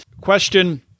Question